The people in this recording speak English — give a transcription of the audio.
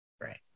Right